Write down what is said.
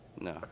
No